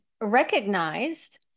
recognized